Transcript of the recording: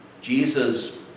Jesus